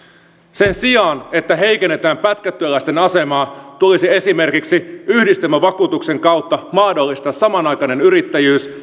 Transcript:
sen sijaan että heikennetään pätkätyöläisten asemaa tulisi esimerkiksi yhdistelmävakuutuksen kautta mahdollistaa samanaikainen yrittäjyys